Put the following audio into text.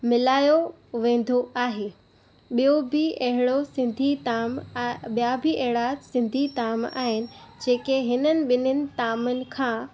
मिलायो वेंदो आहे ॿियों बि अहिड़ो सिंधी ताम ॿियां बि अहिड़ा सिंधी ताम आहिनि जेके हिननि ॿिन्हिनि तामनि खां